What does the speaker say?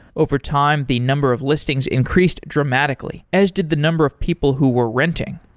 over time, the number of listings increased dramatically, as did the number of people who were renting.